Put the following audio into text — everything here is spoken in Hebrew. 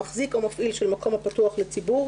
מחזיק או מפעיל של מקום הפתוח לציבור